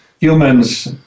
humans